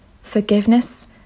forgiveness